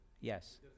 yes